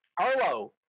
Arlo